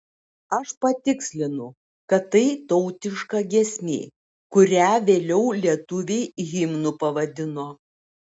aš patikslinu kad tai tautiška giesmė kurią vėliau lietuviai himnu pavadino